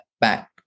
back